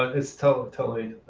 it's totally totally